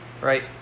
right